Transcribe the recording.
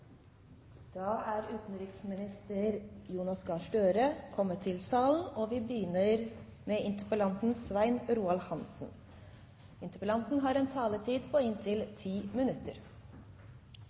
Da er utenriksminister Jonas Gahr Støre kommet til salen, og presidenten gir ordet til interpellanten, Svein Roald Hansen. Siden Ikkespredningsavtalen ble inngått for over 40 år siden, har